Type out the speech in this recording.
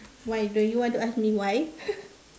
why don't you want to ask me why